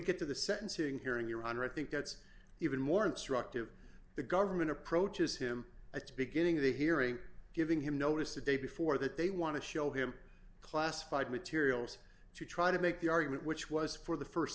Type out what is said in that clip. get to the sentencing hearing your honor i think that's even more instructive the government approaches him a beginning of the hearing giving him notice the day before that they want to show him classified materials to try to make the argument which was for the